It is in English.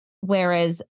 Whereas